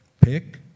pick